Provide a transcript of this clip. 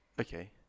Okay